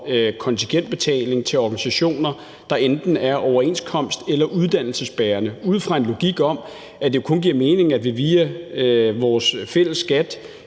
kontingentbetaling til organisationer, der enten er overenskomsts- eller uddannelsesbærende, ud fra en logik om, at det kun giver mening, at vi via vores fælles skat